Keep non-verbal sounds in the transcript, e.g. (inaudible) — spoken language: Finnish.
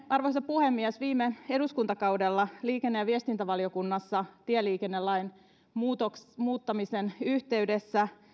arvoisa puhemies viime eduskuntakaudella liikenne ja viestintävaliokunnassa tieliikennelain (unintelligible) muuttamisen yhteydessä